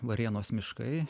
varėnos miškai